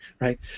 right